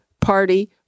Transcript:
party